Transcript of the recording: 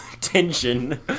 tension